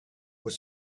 was